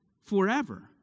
forever